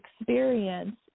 experience